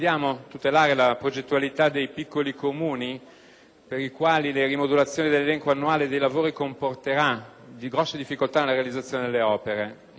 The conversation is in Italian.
per i quali le rimodulazioni dell'elenco annuale dei lavori comporterà grosse difficoltà nella realizzazione delle opere. Infatti, l'incidenza delle varianti in corso d'opera